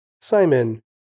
Simon